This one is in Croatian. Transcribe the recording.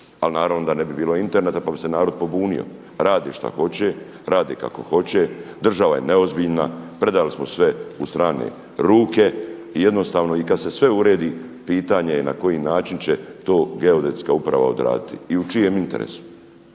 ali naravno da ne bi bilo interneta pa bi se narod pobunio. Rade što hoće, rade kako hoće, država je neozbiljna predali smo sve u strane ruke i kada se sve uredi pitanje je na koji način će to Geodetska uprava odraditi i u čijem interesu.